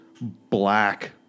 black